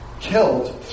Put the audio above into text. killed